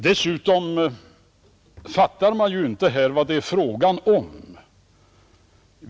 Dessutom fattar man inte här vad det är fråga om.